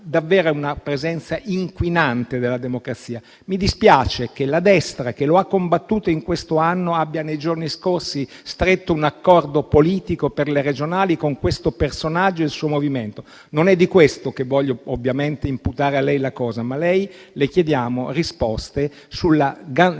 davvero una presenza inquinante della democrazia. Mi dispiace che la destra, che lo ha combattuto in questo anno, nei giorni scorsi abbia stretto un accordo politico per le elezioni regionali con questo personaggio e il suo movimento. Non è questo, ovviamente, che voglio imputare a lei, ma a lei chiediamo risposte sulla garanzia